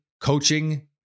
coaching